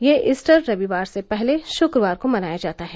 यह ईस्टर रविवार से पहले शुक्रवार को मनाया जाता है